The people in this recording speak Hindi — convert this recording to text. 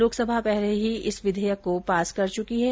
लोकसभा पहले ही इस विधेयक को पास कर चुकी है